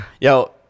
Yo